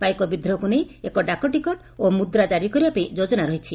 ପାଇକ ବିଦ୍ରୋହକୁ ନେଇ ଏକ ଡାକ ଟିକଟ ଓ ମୁଦ୍ରା କାରୀ କରିବା ପାଇଁ ଯୋଜନା ରହିଛି